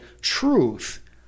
truth